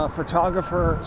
photographer